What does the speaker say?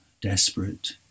desperate